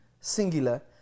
singular